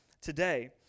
Today